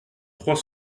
trois